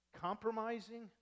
compromising